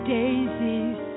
daisies